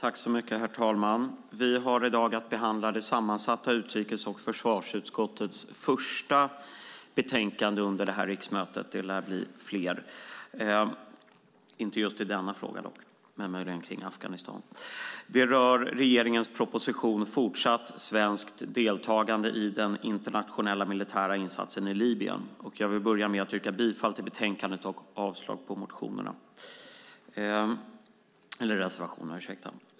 Herr talman! Vi har i dag att behandla det sammansatta utrikes och försvarsutskottets första betänkande under det här riksmötet. Och det lär bli fler, inte i just denna fråga dock men möjligen om Afghanistan. Det rör regeringens proposition Fortsatt svenskt deltagande i den internationella militära insatsen i Libyen . Jag vill börja med att yrka bifall till utskottets förslag till beslut och avslag på reservationerna.